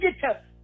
get